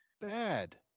Bad